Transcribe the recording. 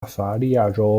巴伐利亚州